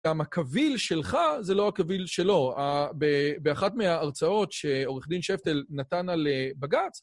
גם הקביל שלך זה לא הקביל שלו. באחת מההרצאות שעורך דין שפטל נתן על בג"ץ...